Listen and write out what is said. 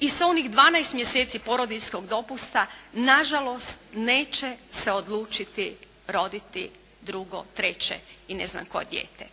i sa onih 12 mjeseci porodiljskog dopusta na žalost neće se odlučiti roditi drugo, treće i ne znam koje dijete.